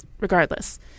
regardless